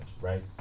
right